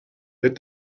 had